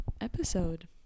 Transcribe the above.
episode